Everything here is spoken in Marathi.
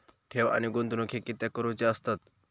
ठेव आणि गुंतवणूक हे कित्याक करुचे असतत?